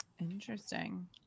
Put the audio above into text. Interesting